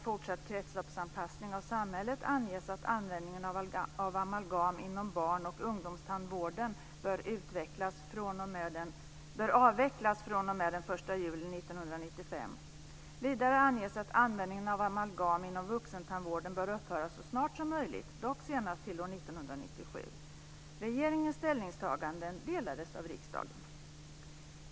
Jag ska ge några exempel: Vidare anges att amalgam inom vuxentandvården bör upphöra så snart som möjligt, dock senast till år 1997.